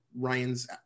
ryan's